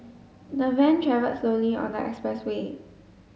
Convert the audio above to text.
the van travelled slowly on the expressway